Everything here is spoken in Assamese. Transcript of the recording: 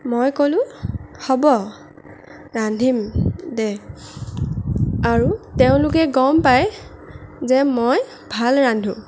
মই ক'লোঁ হ'ব ৰান্ধিম দে আৰু তেওঁলোকে গম পায় যে মই ভাল ৰান্ধোঁ